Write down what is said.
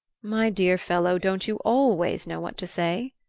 my dear fellow, don't you always know what to say?